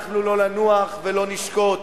אנחנו לא ננוח ולא נשקוט.